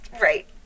right